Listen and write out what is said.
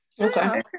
okay